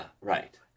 right